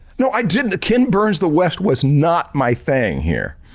no. i didn't. ken burns the west was not my thing here.